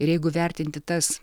ir jeigu vertinti tas